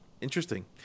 interesting